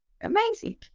Amazing